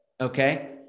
Okay